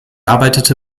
arbeitete